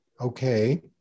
okay